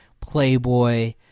playboy